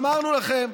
אמרנו לכם.